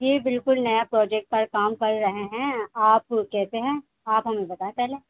جی بالکل نیا پروجیکٹ پر کام کر رہے ہیں آپ کیسے ہیں آپ ہمیں بتائیں پہلے